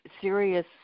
serious